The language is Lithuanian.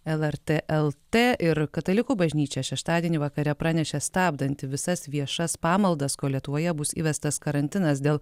lrt lt ir katalikų bažnyčia šeštadienį vakare pranešė stabdanti visas viešas pamaldas kol lietuvoje bus įvestas karantinas dėl